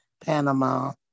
Panama